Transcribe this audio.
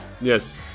Yes